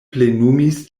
plenumis